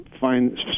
find